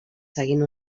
seguint